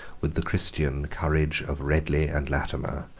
with the christian, courage of ridley and latimer,